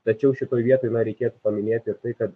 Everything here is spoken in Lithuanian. tačiau šitoj vietoj reikėtų paminėti ir tai kad